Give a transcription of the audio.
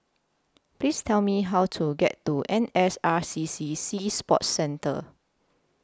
Please Tell Me How to get to N S R C C Sea Sports Centre